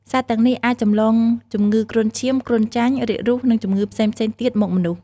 សត្វទាំងនេះអាចចម្លងជំងឺគ្រុនឈាម គ្រុនចាញ់ រាគរូស និងជំងឺផ្សេងៗទៀតមកមនុស្ស។